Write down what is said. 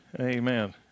amen